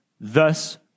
thus